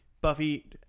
Buffy